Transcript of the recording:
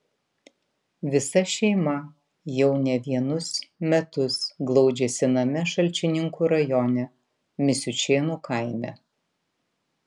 visa šeima jau ne vienus metus glaudžiasi name šalčininkų rajone misiučėnų kaime